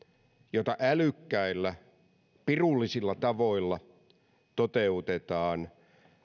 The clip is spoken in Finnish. jota älykkäillä pirullisilla tavoilla toteutetaan